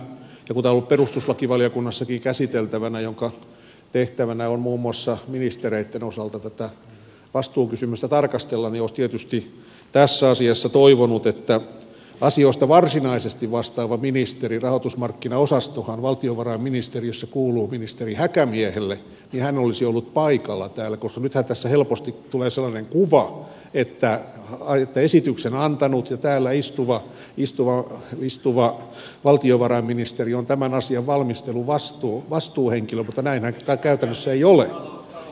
kun tämä on ollut perustuslakivaliokunnassakin käsiteltävänä jonka tehtävänä on muun muassa ministereitten osalta tätä vastuukysymystä tarkastella niin olisi tietysti tässä asiassa toivonut että asioista varsinaisesti vastaava ministeri rahoitusmarkkinaosastohan valtiovarainministeriössä kuuluu ministeri häkämiehelle olisi ollut paikalla täällä koska nythän tässä helposti tulee sellainen kuva että esityksen antanut ja täällä istuva valtiovarainministeri on tämän asian valmistelun vastuuhenkilö mutta näinhän kai käytännössä ei ole